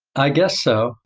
i guess so.